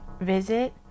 Visit